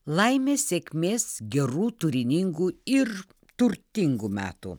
laimės sėkmės gerų turiningų ir turtingų metų